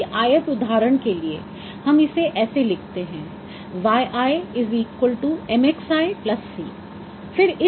किसी i th उदाहरण के लिए हम इसे ऐसे लिखते हैं yimxic